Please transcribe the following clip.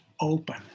open